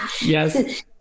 Yes